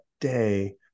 day